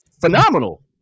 phenomenal